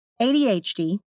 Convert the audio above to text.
ADHD